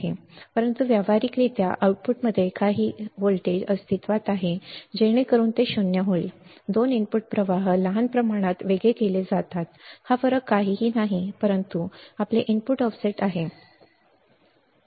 ते बरोबर आहे परंतु व्यावहारिकरित्या आउटपुटमध्ये काही व्होल्टेज अस्तित्वात आहे जेणेकरून ते 0 होईल 2 इनपुट प्रवाह लहान प्रमाणात वेगळे केले जातात हा फरक काहीही नाही परंतु आपले इनपुट ऑफसेट चालू आहे ठीक आहे